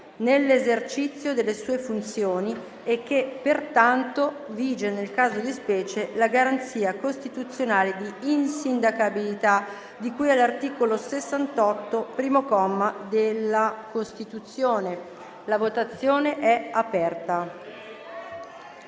nell'esercizio delle sue funzioni e che, pertanto, vige nel caso di specie la garanzia costituzionale di insindacabilità di cui all'articolo 68, primo comma, della Costituzione. *(Segue la